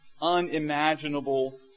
unimaginable